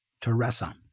Teresa